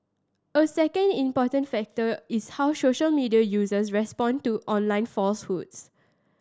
a second important factor is how social media users respond to online falsehoods